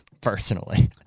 personally